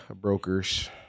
brokers